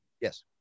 Yes